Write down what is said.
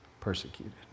persecuted